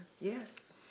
Yes